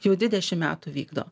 jau dvidešim metų vykdo